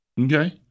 Okay